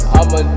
I'ma